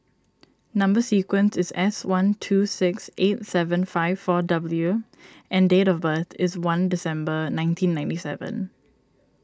Number Sequence is S one two six eight seven five four W and date of birth is one December nineteen ninety seven